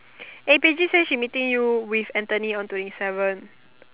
eh Paige say she meeting you with Anthony on twenty seven